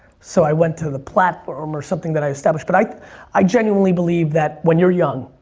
so i went to the platform or something that i established. but i i genuinely believe that when you're young,